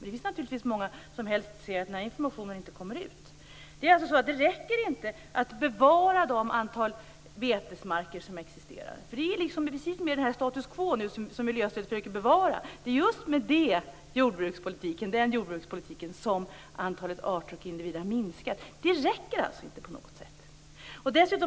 Det finns många som helst ser att informationen inte kommer ut. Det räcker alltså inte att bevara det antal betesmarker som existerar. Det är det som är det status quo som miljöstödet försöker bevara. Det är med just den jordbrukspolitiken som antalet arter och individer har minskat. Detta räcker alltså inte - inte på något sätt.